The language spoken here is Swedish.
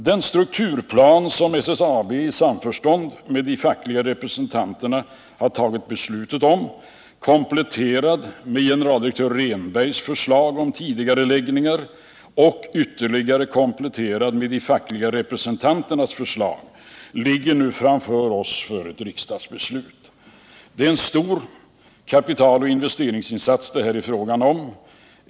Den strukturplan som SSAB i samförstånd med de fackliga representanterna har tagit beslut om, kompletterad med generaldirektör Rehnbergs förslag om tidigareläggningar och ytterligare kompletterad med de fackliga representanternas förslag, ligger nu framför oss för ett riksdagsbeslut. Det är en stor kapitaloch investeringsinsats som det här är fråga om.